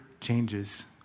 changes